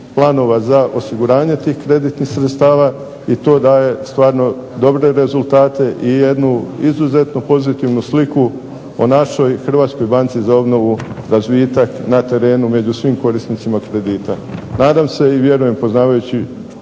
za osiguranje tih kreditnih sredstava i to daje stvarno dobre rezultate i jednu izuzetno pozitivnu sliku o našoj Hrvatskoj banci za obnovu, razvitak na terenu među svim korisnicima kredita. Nadam se i vjerujem poznavajući